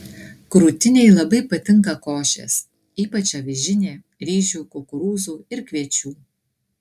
krūtinei labai patinka košės ypač avižinė ryžių kukurūzų ir kviečių